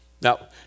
Now